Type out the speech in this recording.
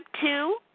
two